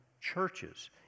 churches